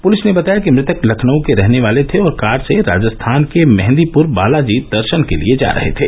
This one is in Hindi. पुलिस ने बताया कि मृतक लखनऊ के रहने वाले थे और कार से राजस्थान के मेहंदीपुर बालाजी दर्शन के लिए जा रहे थे